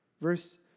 Verse